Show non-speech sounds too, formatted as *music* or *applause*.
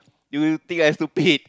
you you think I *laughs* stupid